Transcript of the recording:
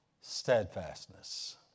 steadfastness